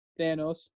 Thanos